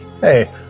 Hey